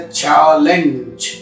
challenge।